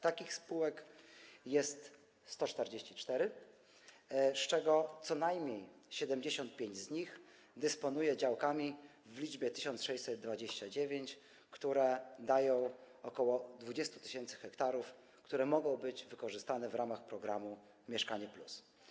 Takich spółek jest 144, z czego co najmniej 75 dysponuje działkami w liczbie 1629, które dają ok. 20 tys. ha, które mogą być wykorzystane w ramach programu „Mieszkanie+”